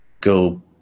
go